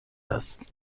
است